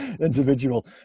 individual